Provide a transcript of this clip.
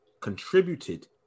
contributed